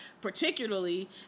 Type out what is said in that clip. particularly